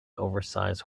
oversize